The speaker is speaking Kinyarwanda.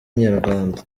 inyarwanda